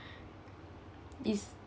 It's